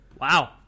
Wow